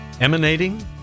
emanating